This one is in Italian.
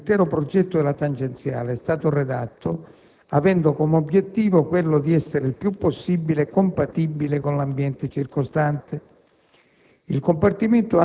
si rappresenta che l'intero progetto della tangenziale è stato redatto avendo come obiettivo quello di essere il più possibile compatibile con l'ambiente circostante.